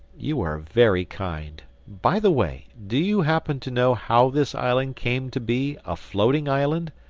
you are very kind by the way, do you happen to know how this island came to be a floating island?